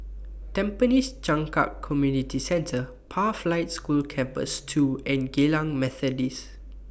Tampines Changkat Community Centre Pathlight School Campus two and Geylang Methodist School